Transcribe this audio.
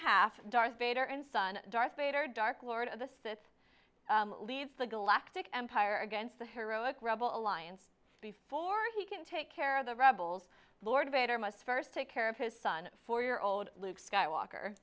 half darth vader and son darth vader dark lord of the sith leads the galactic empire against the heroic rebel alliance before he can take care of the rebels lord vader must first take care of his son four year old luke skywalker